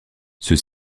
ceux